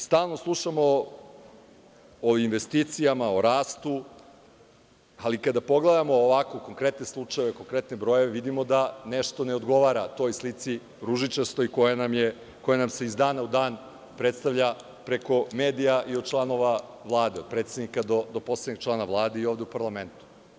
Stalno slušamo o investicijama, o rastu, ali kada pogledamo ovako konkretne slučajeve, konkretne brojeve, vidimo da nešto ne odgovara toj ružičastoj slici koja nam se iz dana u dan predstavlja preko medija i od članova Vlada, od predsednika do poslednjeg člana Vlade i ovde u parlamentu.